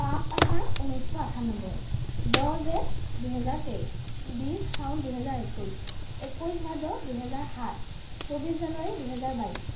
পাঁচ আহাৰ ঊনৈছশ আঠানব্বৈ দহ জেঠ দুহেজাৰ তেইছ বিছ শাওন দুহেজাৰ একৈশ একৈশ ভাদ দুহেজাৰ সাত চৌব্বিছ জানুৱাৰী দুহেজাৰ বাইশ